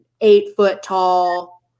eight-foot-tall